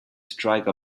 strike